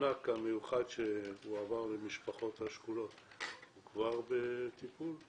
המענק המיוחד שהועבר למשפחות השכולות כבר בטיפול,